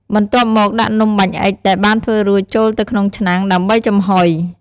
បន្ទាប់មក ដាក់នំបាញ់អុិចដែលបានធ្វើរួចចូលទៅក្នុងឆ្នាំង ដើម្បីចំហុយ។